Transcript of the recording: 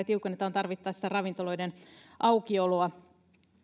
tiukennetaan tarvittaessa ravintoloiden aukioloa